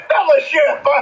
Fellowship